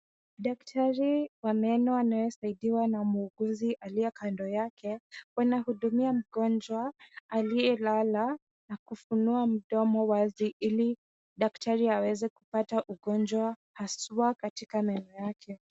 Daktari wa meno anayesaidiwa na muuguzi aliye kando yake, wanamhudumia mgonjwa aliyelala na kufunua mdomo wazi ili daktari aweze kupata ugonjwa haswa katika meno yake.